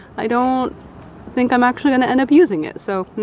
i don't think i'm actually gonna end up using it. so,